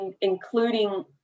including